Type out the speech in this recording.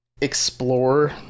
explore